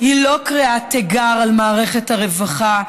היא לא קריאת תיגר על מערכת הרווחה,